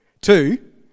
Two